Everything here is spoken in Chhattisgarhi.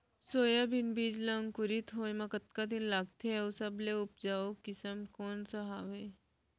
सोयाबीन के बीज ला अंकुरित होय म कतका दिन लगथे, अऊ सबले उपजाऊ किसम कोन सा हवये?